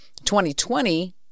2020